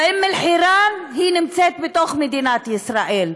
ואום-אלחיראן נמצא בתוך מדינת ישראל.